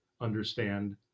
understand